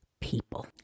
people